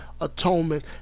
Atonement